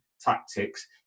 tactics